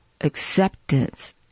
acceptance